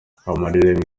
amarira